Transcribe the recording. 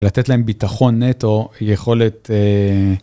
לתת להם ביטחון נטו יכולת.